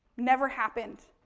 never happened.